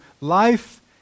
life